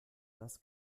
dass